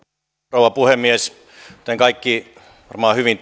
rouva puhemies kuten kaikki varmaan hyvin